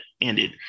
ended